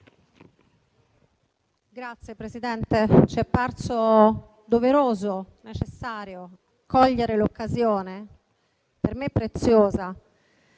Signor Presidente, ci è parso doveroso e necessario cogliere l'occasione, per me preziosa,